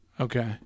Okay